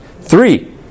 Three